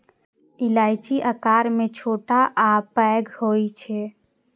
इलायची आकार मे छोट आ पैघ होइ छै